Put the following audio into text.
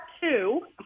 two